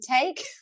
take